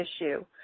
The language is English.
issue